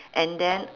and then